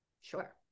Sure